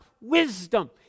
wisdom